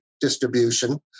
distribution